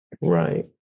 right